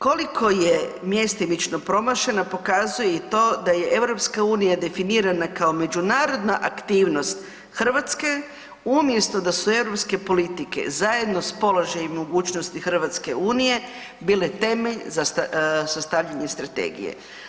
Koliko je mjestimično promašena pokazuje i to da je EU definirana kao međunarodna aktivnost Hrvatske umjesto da su europske politike zajedno s položajem i mogućnosti Hrvatske i unije bile temelj za sastavljanje strategije.